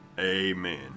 amen